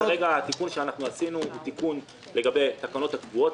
כרגע התיקון שעשינו הוא תיקון לגבי התקנות הקבועות,